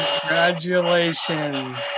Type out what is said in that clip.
Congratulations